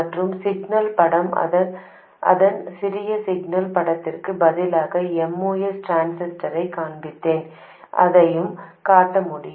மற்றும் சிக்னல் படம் அதன் சிறிய சிக்னல் படத்திற்கு பதிலாக MOS டிரான்சிஸ்டரைக் காண்பிப்பேன் அதையும் காட்ட முடியும்